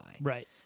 Right